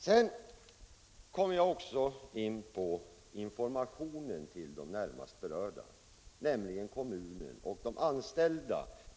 Så kommer jag in på informationen till de närmast berörda, nämligen kommunen och de anställda.